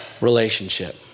relationship